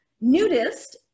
nudist